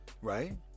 right